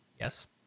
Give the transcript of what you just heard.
Yes